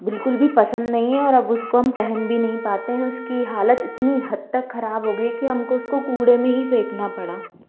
बिल्कुल भी पसंद नहीं है और उसको अब हम पहन भी नहीं पाते हैं उसकी हालत इतनी हद तक ख़राब हो गई कि हमको उसको कूड़े में ही फेंकना पड़ा